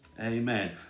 Amen